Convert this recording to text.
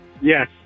Yes